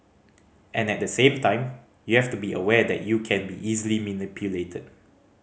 and at the same time you have to be aware that you can be easily manipulated